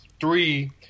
three